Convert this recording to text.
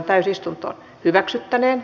keskustelua ei syntynyt